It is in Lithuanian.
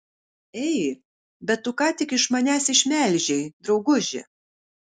ei bet tu ką tik iš manęs išmelžei drauguži